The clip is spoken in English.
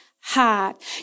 heart